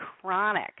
chronic